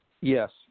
Yes